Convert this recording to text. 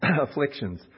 afflictions